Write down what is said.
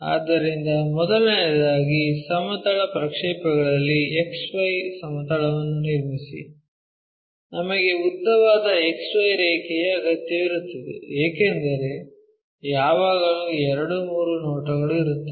ಆದ್ದರಿಂದ ಮೊದಲನೆಯದಾಗಿ ಸಮತಲದ ಪ್ರಕ್ಷೇಪಗಳಲ್ಲಿ X Y ಸಮತಲವನ್ನು ನಿರ್ಮಿಸಿ ನಮಗೆ ಉದ್ದವಾದ X Y ರೇಖೆಯ ಅಗತ್ಯವಿರುತ್ತದೆ ಏಕೆಂದರೆ ಯಾವಾಗಲೂ 2 3 ನೋಟಗಳು ಇರುತ್ತವೆ